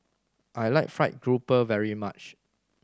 I like fried grouper very much